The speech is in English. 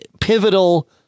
pivotal